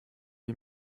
die